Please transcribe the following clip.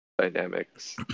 dynamics